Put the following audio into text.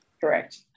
correct